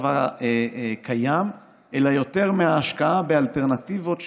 הקיים אלא יותר מההשקעה באלטרנטיבות,